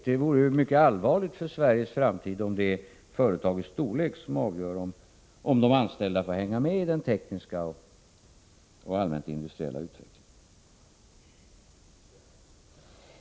Det vore ju mycket allvarligt för Sveriges framtid om det är företagets storlek som avgör om de anställda får hänga med i den tekniska och allmänt industriella utvecklingen.